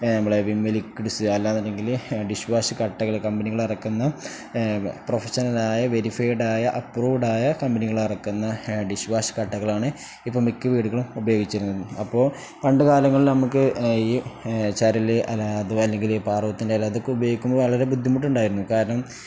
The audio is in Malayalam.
നമ്മളെ വിം ലിക്വിഡ്സ് അല്ലാന്നുണ്ടെങ്കിൽ ഡിഷ് വാഷ് കട്ടകൾ കമ്പനികൾ ഇറക്കുന്ന പ്രൊഫഷണൽ ആയ വെരിഫൈഡ് ആയ അപ്പ്രൂവ്ഡ് ആയ കമ്പനികൾ ഇറക്കുന്ന ഡിഷ് വാഷ് കട്ടകളാണ് ഇപ്പം മിക്ക വീടുകളും ഉപയോഗിച്ചിരുന്നത് അപ്പോൾ പണ്ട് കാലങ്ങളിൽ നമുക്ക് ഈ ചരൽ അല്ല അത് അല്ലെങ്കിൽ പാറവത്തിൻ്റെ ഇല അതൊക്കെ ഉപയോഗിക്കുമ്പോൾ വളരെ ബുദ്ധിമുട്ടുണ്ടായിരുന്നു കാരണം